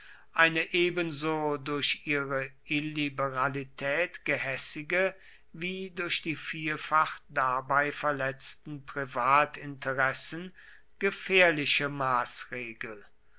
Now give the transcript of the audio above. eine ebenso durch ihre illiberalität gehässige wie durch die vielfach dabei verletzten privatinteressen gefährliche maßregel